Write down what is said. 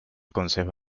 consejo